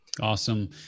Awesome